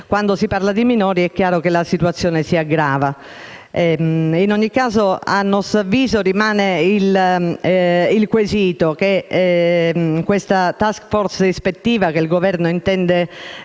Quando si parla di minori, è chiaro che la situazione si aggrava. In ogni caso, a nostro avviso, rimane il quesito su questa *task force* ispettiva che il Governo intende